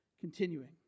continuing